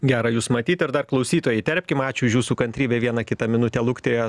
gera jus matyt ir dar klausytoją įterpkim ačiū už jūsų kantrybę vieną kitą minutę luktėjot